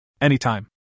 Anytime